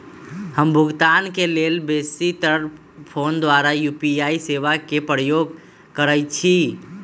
हम भुगतान के लेल बेशी तर् फोन द्वारा यू.पी.आई सेवा के प्रयोग करैछि